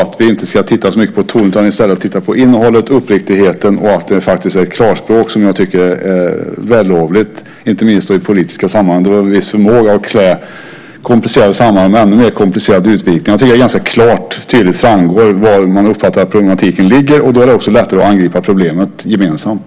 Vi ska inte titta så mycket på tonen utan på innehållet och uppriktigheten, att det faktiskt är klarspråk, något som jag tycker är vällovligt, inte minst i politiska sammanhang där vi har en viss förmåga att klä komplicerade sammanhang i ännu mer komplicerade utvikningar. Jag tycker att det klart och tydligt framgår att man uppfattat var problematiken ligger, och då är det också lättare att angripa problemet gemensamt.